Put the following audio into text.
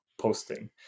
posting